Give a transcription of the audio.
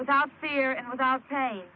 without fear and without pay